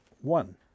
one